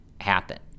happen